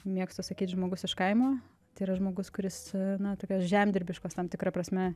mėgstu sakyt žmogus iš kaimo tai yra žmogus kuris na tokios žemdirbiškos tam tikra prasme